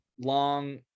long